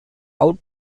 out